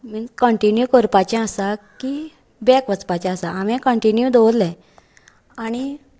continue करपाचे आसा की बॅक वचपाचे आसा हांवें कंटीनीव्ह दवरलें आनी